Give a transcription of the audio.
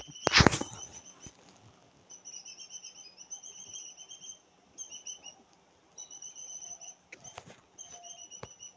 ರೈತರಿಗೆ ಸರಕಾರದಿಂದ ಏನಾದರೂ ಪಿಂಚಣಿ ಅಥವಾ ಸಹಾಯಧನ ಸಿಗುತ್ತದೆಯೇ, ಸಿಗುತ್ತದೆಯಾದರೆ ಎಷ್ಟು ಮತ್ತು ಅದನ್ನು ಪಡೆಯಲು ಯಾರನ್ನು ಸಂಪರ್ಕಿಸಬೇಕು?